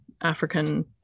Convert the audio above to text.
African